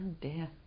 dear